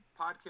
podcast